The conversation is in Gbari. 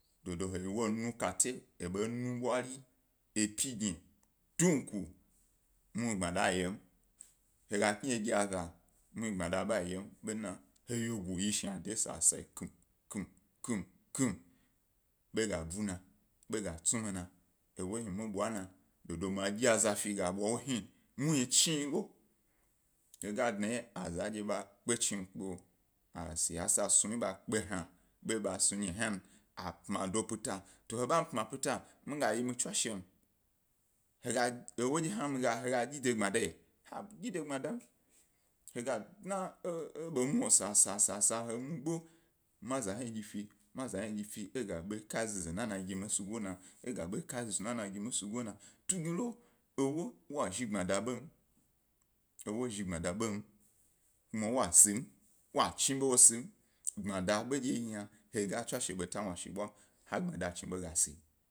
Uo do he yi ewo nukate, enu ḃwari epyi gni, domku muhni gbmada a yom, he ga kni he gi aza muhni gbmada ba a yom bena he wyego yi shna deyi sasu kamkam kamkam, ḃa ga buna, ḃa ga tsumina, ewo hni mi ḃwa na dodo ma dyi azafi ga ḃwa wo hni, muhni chiyilo he ga dnawye a zadye ḃa kpe a chi kpe, a se ya sa snuyi ba kpeyi hna ḃe ba snumyi hna a pmido peta, to he bami peta pmi mi ga yi mi tswashem, ewo dye hna he dyi de gbmadayi ha dyi de gbmadam, he ga dna ebe mue, saba sa he mubo, ma za hni dyife, ma zla hni dyifi e ga zhi wo ḃa ka zeze nanagi mi sugo na, e g ḃa ka snu snuna gi mi esugona, tungni lo ewo ḃe wa zhi gbmada ḃam, ewo zhi gbmada ḃam, nu ma wo sim, wo chi be wo sim gbomada ḃa ndye yi yna ndye he tswashe beta wnashi bwa ha gbmada chi ḃo ga si.